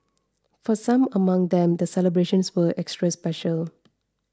for some among them the celebrations were extra special